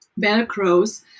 velcros